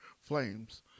flames